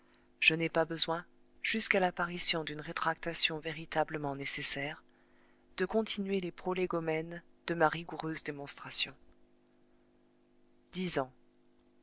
je n'ai pas besoin jusqu'à l'apparition d'une rétractation véritablement nécessaire de continuer les prolégomènes de ma rigoureuse démonstration dix ans